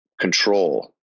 control